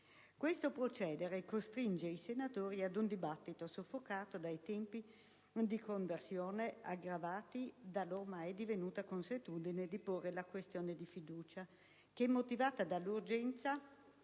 Questo procedere costringe i parlamentari ad un dibattito soffocato dai tempi di conversione aggravati dall'ormai invalsa consuetudine di porre la questione di fiducia che, motivata dall'urgenza